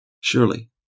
Surely